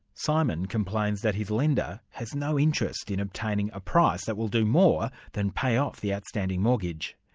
simon complains that his lender has no interest in obtaining a price that will do more than pay off the outstanding mortgage.